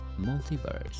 Multiverse